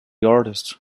artist